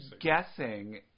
guessing